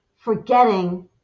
forgetting